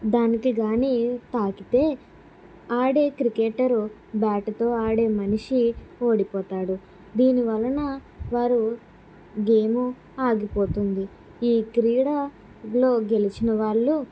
దానికి కాని తాకితే ఆడే క్రికెటర్ బ్యాటుతో ఆడే మనిషి ఓడిపోతాడు దీనివలన వారు గేమ్ ఆగిపోతుంది ఈ క్రీడలో గెలిచిన వాళ్లు